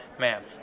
ma'am